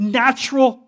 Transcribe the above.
natural